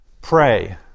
pray